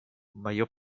мое